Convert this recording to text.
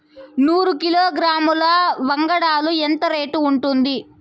నూరు కిలోగ్రాముల వంగడాలు ఎంత రేటు ఉంటుంది?